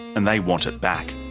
and they want it back.